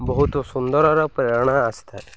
ବହୁତ ସୁନ୍ଦରର ପ୍ରେରଣା ଆସିଥାଏ